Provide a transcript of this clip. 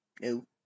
no